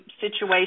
situation